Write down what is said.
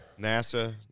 NASA